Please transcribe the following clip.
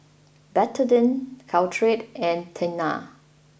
Betadine Caltrate and Tena